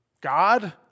God